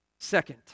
Second